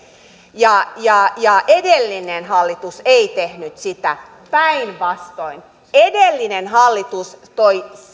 ja ja edellinen hallitus ei tehnyt sitä päinvastoin edellinen hallitus toi